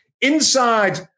inside